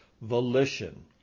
volition